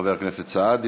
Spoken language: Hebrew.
חבר הכנסת סעדי,